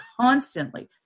constantly